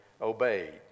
obeyed